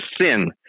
sin